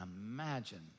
imagine